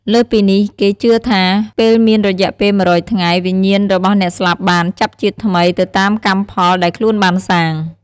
លើសពីនេះ គេជឿថា ពេលមានរយៈពេល១០០ថ្ងៃ វិញ្ញាណរបស់អ្នកស្លាប់បាន ចាប់ជាតិថ្មី ទៅតាមកម្មផលដែលខ្លួនបានសាង។